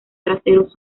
traseros